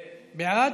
בעד.